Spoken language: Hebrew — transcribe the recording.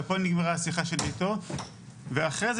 אבל פה נגמרה השיחה שלי אתו ואחרי זה